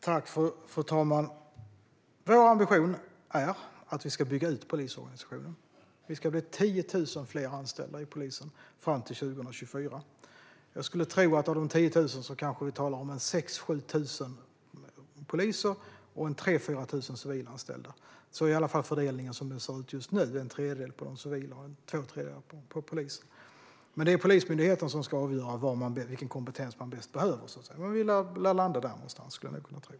Fru talman! Vår ambition är att vi ska bygga ut polisorganisationen. Vi ska få 10 000 fler anställda inom polisen fram till 2024. Jag skulle tro att av dessa 10 000 talar vi om kanske 6 000-7 000 poliser och 3 000-4 000 civilanställda. Så är i alla fall fördelningen som den ser ut just nu: en tredjedel på de civila och två tredjedelar på poliserna. Det är Polismyndigheten som ska avgöra vilken kompetens som bäst behövs, men jag tror att vi lär landa där någonstans.